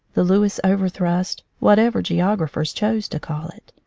the lewis overthrust, whatever geograph ers choose to call it.